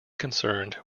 concerned